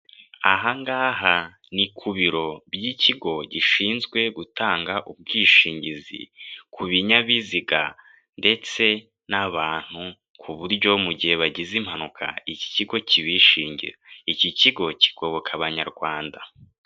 Ahangaha ni ku biro by'ikigo gishinzwe gutanga ubwishingizi ku binyabiziga ndetse n'abantu ku buryo mu gihe bagize impanuka iki kigo kibishingira, iki kigo kigoboka Abanyarwanda.